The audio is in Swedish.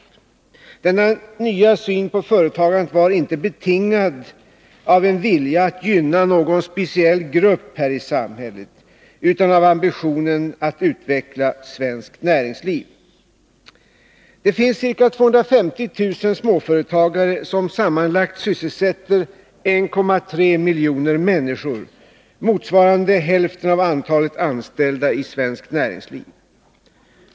Åtgärder för de Denna nya syn på företagande var inte betingad av en vilja att gynna någon speciell grupp här i samhället, utan av ambitionen att utveckla svenskt näringsliv. Det finns ca 250 000 småföretagare, som sammanlagt sysselsätter 1,3 miljoner människor, motsvarande hälften av antalet anställda i näringslivet.